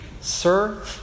sir